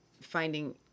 finding